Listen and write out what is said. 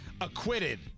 acquitted